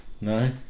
No